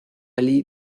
ali